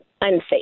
unsafe